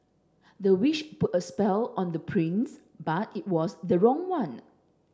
the witch put a spell on the prince but it was the wrong one